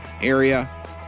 area